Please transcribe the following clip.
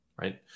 right